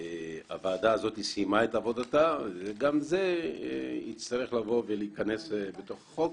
הוועדה סיימה את עבודתה וגם זה יצטרך להיכנס לתוך החוק.